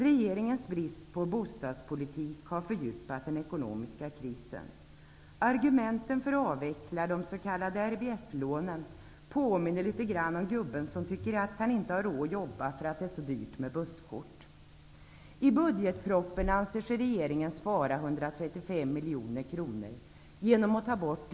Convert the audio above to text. Regeringens brist på bostadspolitik har fördjupat den ekonomiska krisen. Argumenten för att avveckla de s.k. RBF-lånen påminner litet om resonemangen hos gubben som tycker att han inte har råd att jobba för att det är så dyrt med busskort.